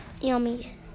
yummy